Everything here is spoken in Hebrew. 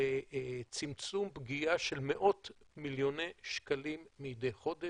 לצמצום פגיעה של מאות מיליוני שקלים מדי חודש.